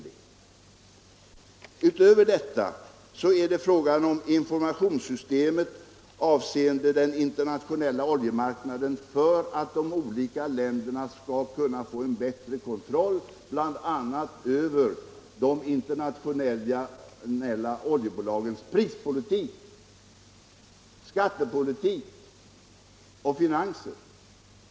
Och utöver detta är det fråga om ett informationssystem avseende den internationella oljemarknaden för att de olika länderna skall få en bättre kontroll över bl.a. de internationella oljebolagens prispolitik, skattepolitik och finanser.